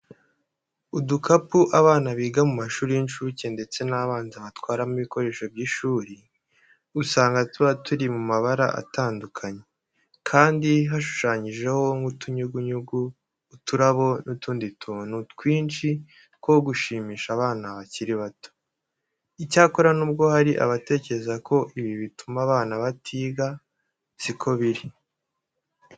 Udukapu abana biga mu mashuri y'incuke ndetse n'abanza batwaramo ibikoresho by'ishuri, usanga tuba turi mu mabara atandukanye, kandi hashushanyijeho nk'utunyugunyugu, uturabo n'utundi tuntu twinshi two gushimisha abana bakiri bato. Icyakora nubwo hari abatekereza ko ibi bituma abana batiga, si ko biri.